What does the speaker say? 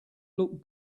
look